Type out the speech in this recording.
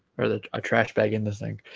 or the ah trash bag in this thing